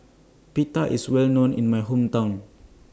Pita IS Well known in My Hometown